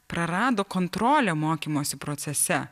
prarado kontrolę mokymosi procese